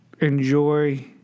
Enjoy